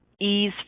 ease